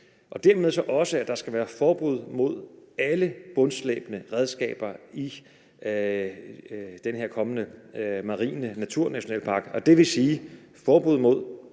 og dermed også, at der skal være forbud mod alle bundslæbende redskaber i den her kommende marine naturnationalpark. Det vil sige forbud mod